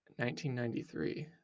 1993